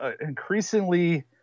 increasingly